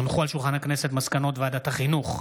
הונחו על שולחן הכנסת מסקנות ועדת החינוך,